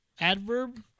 Adverb